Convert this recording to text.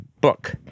book